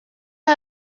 ngo